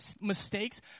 mistakes